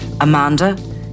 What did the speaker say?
Amanda